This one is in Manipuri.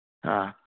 ꯑꯥ